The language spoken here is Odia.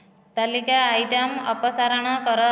ତାଲିକା ଆଇଟମ୍ ଅପସାରଣ କର